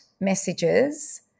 Messages